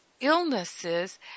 illnesses